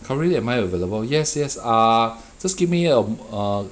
currently am I available yes yes ah just give me a m~ a